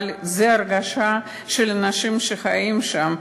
אבל זאת ההרגשה של האנשים שחיים שם,